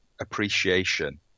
appreciation